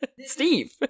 Steve